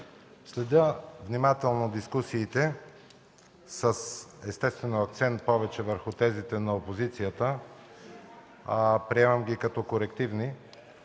Следя внимателно дискусиите, естествено с акцент повече върху тезите на опозицията. Приемам ги като корективни.